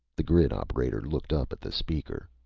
the grid operator looked up at the speaker.